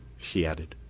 she added.